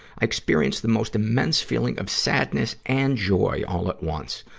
i experienced the most immense feeling of sadness and joy all at once.